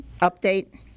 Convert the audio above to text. update